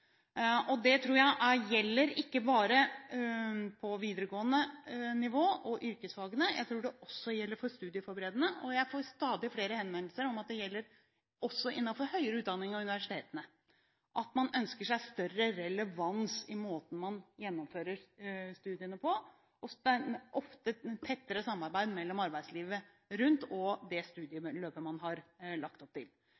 Det tror jeg ikke bare gjelder på videregående nivå og yrkesfagene, jeg tror det også gjelder på studieforberedende. Jeg får stadig flere henvendelser om at det gjelder også innenfor høyere utdanning og universitetene. Man ønsker seg større relevans i måten man gjennomfører studiene på – ofte i et tettere samarbeid med arbeidslivet rundt og det